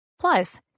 Plus